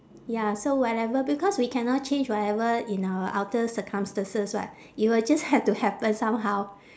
ya so whatever because we cannot change whatever in our outer circumstances [what] it will just have to happen somehow